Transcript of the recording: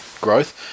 growth